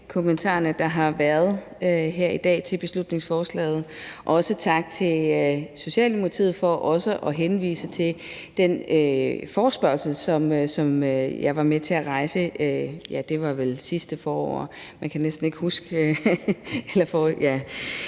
kommentarerne, der har været her i dag, til beslutningsforslaget, og også tak til Socialdemokratiet for også at henvise til den forespørgselsdebat, som jeg var med til at stille, ja, det var vel sidste forår. Det er rigtig dejligt, at